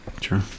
sure